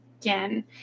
again